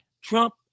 Trump